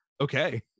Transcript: Okay